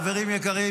חברים יקרים,